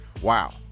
Wow